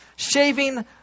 Shaving